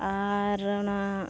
ᱟᱨ ᱚᱱᱟ